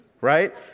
Right